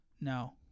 No